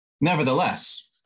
Nevertheless